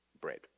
bread